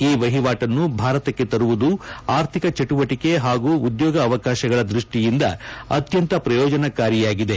ಈ ವಹಿವಾಟನ್ನು ಭಾರತಕ್ಕೆ ತರುವುದು ಅರ್ಥಿಕ ಚಟುವಟಿಕೆ ಪಾಗೂ ಉದ್ಯೋಗ ಅವಕಾಶಗಳ ದೃಷ್ಟಿಯಿಂದ ಅತ್ಯಂತ ಪ್ರಯೋಜನಕಾರಿಯಾಗಿದೆ